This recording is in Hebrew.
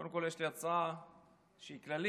קודם כול יש לי הצעה שהיא כללית: